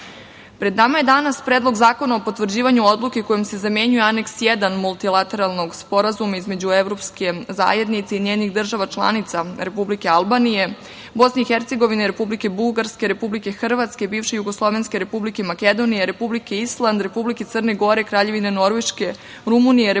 nama je danas Predlog zakona o potvrđivanju odluke kojom se zamenjuje Aneks I multilateralnog Sporazuma između evropske zajednice i njenih država članica Republike Albanije, Bosne i Hercegovine, Republike Bugarske, Republike Hrvatske, bivše Jugoslovenske Republike Makedonije, Republike Island, Republike Crne Gore, Kraljevine Norveške, Rumunije, Republike